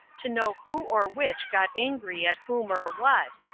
to know who or which got angry at whom or what,